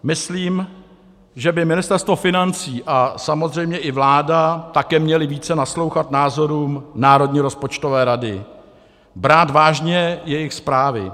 Myslím, že by Ministerstvo financí a samozřejmě i vláda také měly více naslouchat názorům Národní rozpočtové rady, brát vážně jejich zprávy.